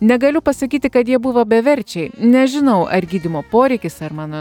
negaliu pasakyti kad jie buvo beverčiai nežinau ar gydymo poreikis ar mano